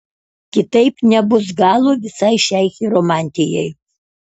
kitaip nebus galo visai šiai chiromantijai